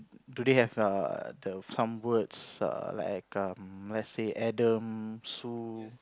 do they have err the some words like um lets say Adam Sue